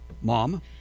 mom